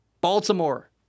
Baltimore